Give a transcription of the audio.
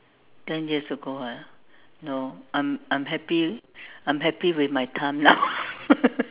ten years ago ah no I'm I'm happy I'm happy with my time now